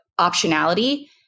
optionality